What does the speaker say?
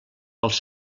als